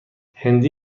هندی